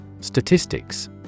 Statistics